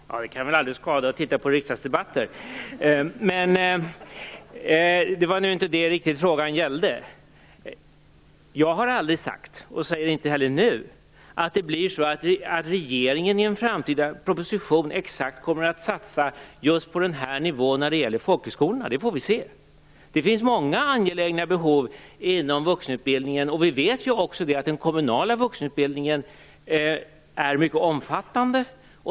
Herr talman! Det kan väl aldrig skada att titta på riksdagsdebatter. Men det var inte det som frågan gällde. Jag har aldrig sagt, och säger inte heller nu, att det blir så att regeringen i en framtida proposition kommer att göra en satsning på exakt denna nivå när det gäller folkhögskolorna. Det får vi se. Det finns många angelägna behov inom vuxenutbildningen, och vi vet ju att också den kommunala vuxenutbildningen är mycket omfattande.